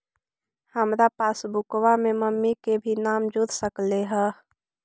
हमार पासबुकवा में मम्मी के भी नाम जुर सकलेहा?